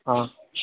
ಹಾಂ